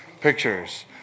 pictures